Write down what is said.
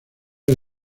del